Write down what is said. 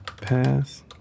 Pass